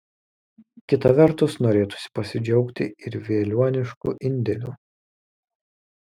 kita vertus norėtųsi pasidžiaugti ir veliuoniškių indėliu